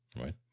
right